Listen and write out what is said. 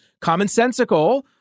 commonsensical